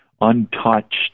untouched